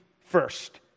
first